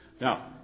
Now